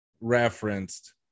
referenced